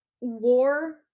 war